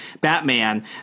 Batman